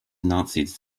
nazis